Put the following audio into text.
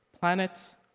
planets